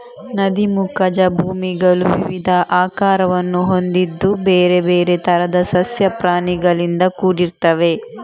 ನದಿ ಮುಖಜ ಭೂಮಿಗಳು ವಿವಿಧ ಆಕಾರವನ್ನು ಹೊಂದಿದ್ದು ಬೇರೆ ಬೇರೆ ತರದ ಸಸ್ಯ ಪ್ರಾಣಿಗಳಿಂದ ಕೂಡಿರ್ತವೆ